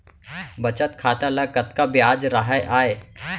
बचत खाता ल कतका ब्याज राहय आय?